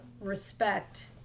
respect